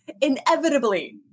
inevitably